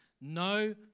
No